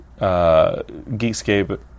Geekscape